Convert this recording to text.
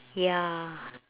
ya